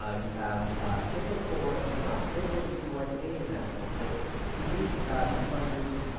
ah you have singapore and not literally foreign aid in that sense but if you read lee kuan yew's